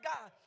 God